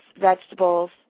vegetables